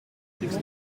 dix